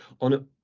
on